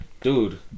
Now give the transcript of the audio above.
Dude